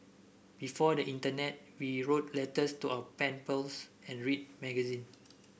before the internet we wrote letters to our pen pals and read magazines